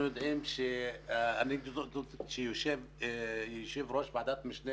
אנחנו יודעים ש- -- יושב ראש ועדת משנה